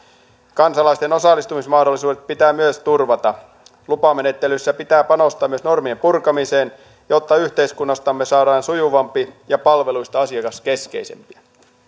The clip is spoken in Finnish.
kansalaisten osallistumismahdollisuudet pitää turvata lupamenettelyissä pitää panostaa myös normien purkamiseen jotta yhteiskunnastamme saadaan sujuvampi ja palveluista asiakaskeskeisimpiä